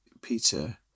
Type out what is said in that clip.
Peter